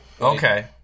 Okay